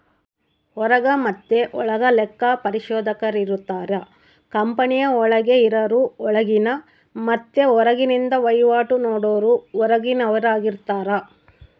ಹೊರಗ ಮತೆ ಒಳಗ ಲೆಕ್ಕ ಪರಿಶೋಧಕರಿರುತ್ತಾರ, ಕಂಪನಿಯ ಒಳಗೆ ಇರರು ಒಳಗಿನ ಮತ್ತೆ ಹೊರಗಿಂದ ವಹಿವಾಟು ನೋಡರು ಹೊರಗಿನವರಾರ್ಗಿತಾರ